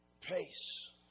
pace